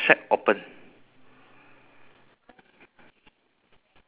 the door is the door door is close or open